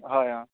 হয় অ'